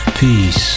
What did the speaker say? Peace